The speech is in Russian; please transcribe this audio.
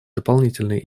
дополнительные